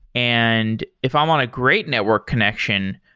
and if i want a great network connection,